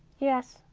yes,